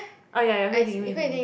oh ya ya ya Hui-Ting Hui-Ting Hui-Ting